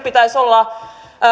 pitäisi olla